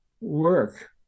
work